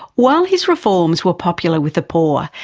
while his reforms were popular with the poor,